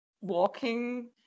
walking